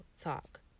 talk